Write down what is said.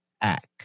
act